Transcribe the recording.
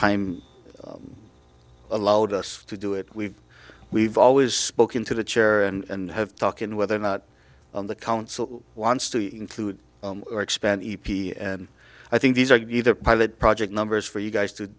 time allowed us to do it we've we've always spoken to the chair and have talk in whether or not on the council wants to include or expand and i think these are you either pilot project numbers for you guys to